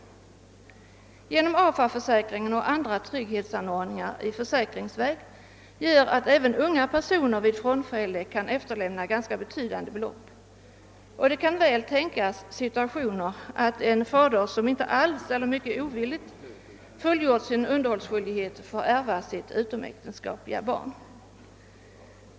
Genom AFA-försäkringen och andra trygghetsanordningar på försäkringsområdet kan även unga personer vid sitt frånfälle efterlämna ganska hbhetydande belopp. Det kan tänkas situationer där en fader, som inte alls eller mycket motvilligt fullgjort sin underhållsskyldighet, får ärva sitt utomäktenskapligt födda barn.